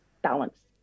Balance